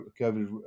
COVID